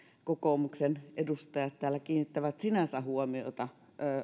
kokoomuksen edustajat täällä kiinnittävät huomiota